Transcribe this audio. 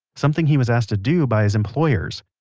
something he was asked to do by his employers.